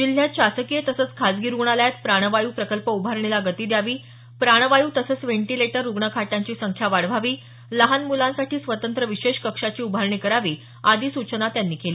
जिल्ह्यात शासकीय तसंच खाजगी रूग्णालयात प्राणवायू प्रकल्प उभारणीला गती द्यावी प्राणवायू तसंच व्हेंटीलेटर रुग्णखाटांची संख्या वाढवावी लहान मुलासाठी स्वतंत्र विशेष कक्षाची उभारणी करावी आदी सूचना त्यांनी केल्या